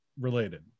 related